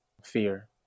fear